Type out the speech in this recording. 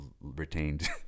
retained